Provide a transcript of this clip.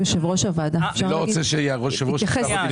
אני אבהיר.